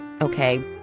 Okay